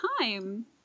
time